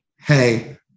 Hey